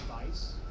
advice